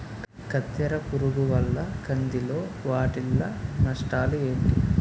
కత్తెర పురుగు వల్ల కంది లో వాటిల్ల నష్టాలు ఏంటి